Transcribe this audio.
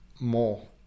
more